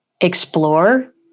explore